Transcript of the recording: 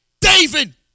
David